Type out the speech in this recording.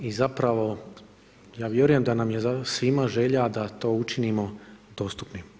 I zapravo ja vjerujem da nam je svima želja da to učinimo dostupnim.